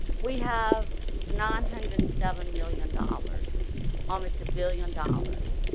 we have nine hundred and seven million dollars almost a billion dollars.